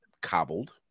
cobbled